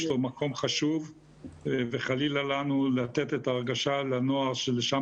יש לו מקום חשוב וחלילה לנו לתת את ההרגשה לנוער שלשם